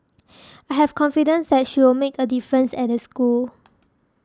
I have confidence that she'll make a difference at the school